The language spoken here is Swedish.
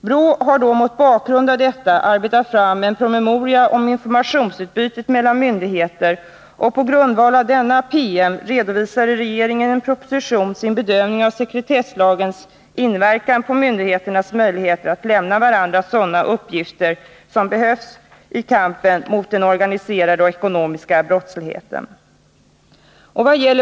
BRÅ har då mot bakgrund av detta arbetat fram en promemoria om informationsutbytet mellan myndigheter, och på grundval av denna promemoria redovisade regeringen i en proposition sin bedömning av sekretesslagens inverkan på myndigheters möjligheter att lämna varandra sådana uppgifter som behövdes i kampen mot den organiserade och ekonomiska brottsligheten.